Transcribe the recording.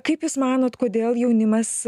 kaip jūs manot kodėl jaunimas